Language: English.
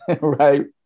right